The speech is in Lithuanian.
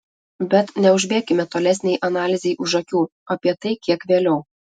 bet neužbėkime tolesnei analizei už akių apie tai kiek vėliau